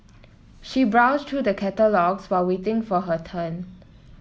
she browsed through the catalogues while waiting for her turn